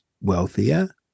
wealthier